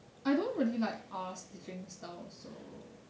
I don't really like R's teaching style also